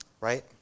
Right